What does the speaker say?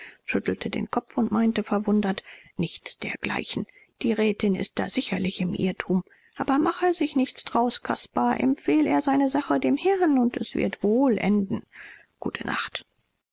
schüttelte den kopf und meinte verwundert nichts dergleichen die rätin ist da sicherlich im irrtum aber mach er sich nichts draus caspar empfehl er seine sache dem herrn und es wird wohl enden gute nacht